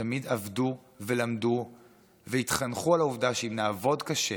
שתמיד עבדו ולמדו והתחנכו על העובדה שאם נעבוד קשה